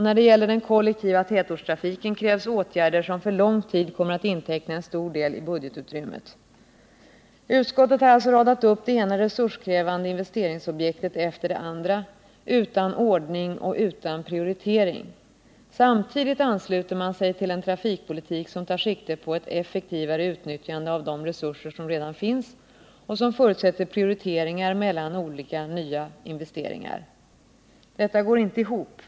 När det gäller den kollektiva tätortstrafiken krävs åtgärder som för lång tid kommer att inteckna en stor del av budgetutrymmet. Utskottet har alltså radat upp det ena resurskrävande objektet efter det andra utan ordning och utan prioritering. Samtidigt ansluter man sig till en trafikpolitik som tar sikte på ett effektivare utnyttjande av de resurser som redan finns och som förutsätter prioriteringar mellan olika nya investeringar. Detta går inte ihop.